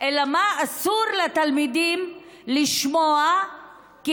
לא מנווטים את התלמידים להגיע בסופו של דבר לצבא?